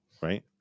right